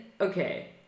okay